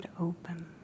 open